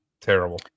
terrible